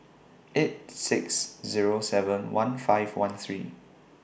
eight six Zero seven one five one three